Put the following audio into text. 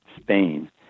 Spain